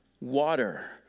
water